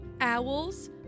Owls